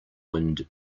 wind